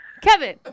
Kevin